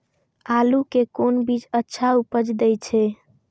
आलू के कोन बीज अच्छा उपज दे छे?